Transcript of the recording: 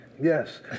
Yes